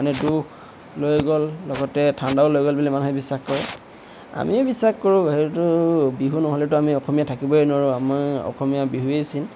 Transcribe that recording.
মানে দুখ লৈ গ'ল লগতে ঠাণ্ডাও লৈ গ'ল বুলি মানুহে বিশ্বাস কৰে আমিয়ে বিশ্বাস কৰোঁ সেইটোতো বিহু নহ'লেতো আমি অসমীয়া থাকিবই নোৱাৰোঁ আমাৰ অসমীয়া বিহুৱেই চিন